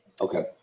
Okay